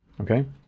okay